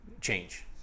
change